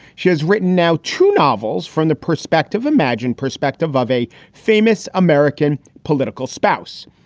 she has written now two novels from the perspective imagined perspective of a famous american political spouse.